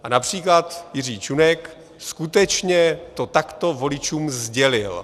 A například Jiří Čunek skutečně to takto voličům sdělil.